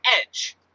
edge